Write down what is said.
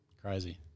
Crazy